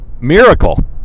miracle